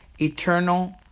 eternal